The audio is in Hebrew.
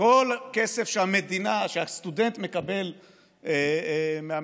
כל כסף שהסטודנט מקבל מהמדינה,